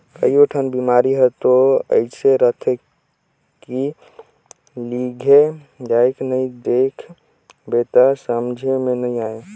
कयोठन बिमारी हर तो अइसे रहथे के लिघे जायके नई देख बे त समझे मे नई आये